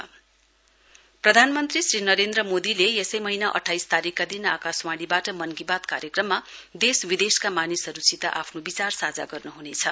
PM Mann Ki Baat प्रधानमन्त्री श्री नरेन्द्र मोदीले यसै महीना अठाइस तारीकका दिन आकाशवानीबाटा मन की बात कार्यक्रममा देश विदेशका मानिसहरुसित आफ्नो विचार साझा गर्नुहुनेछ